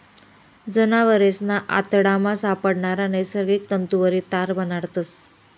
जनावरेसना आतडामा सापडणारा नैसर्गिक तंतुवरी तार बनाडतस